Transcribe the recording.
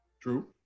True